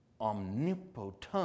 omnipotent